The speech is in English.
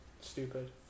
stupid